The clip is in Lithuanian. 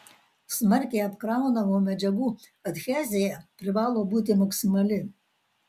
smarkiai apkraunamų medžiagų adhezija privalo būti maksimali